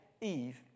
Eve